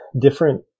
different